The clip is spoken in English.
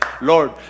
Lord